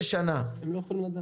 הם לא יכולים לדעת.